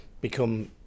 become